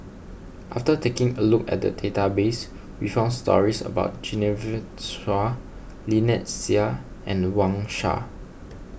after taking a look at the database we found stories about Genevieve Chua Lynnette Seah and Wang Sha